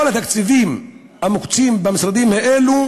כל התקציבים המוקצים במשרדים האלו